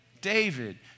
David